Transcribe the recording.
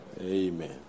Amen